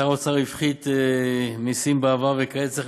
שר האוצר הפחית מסים בעבר וכעת צריך